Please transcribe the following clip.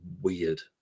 weird